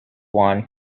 won